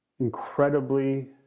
Incredibly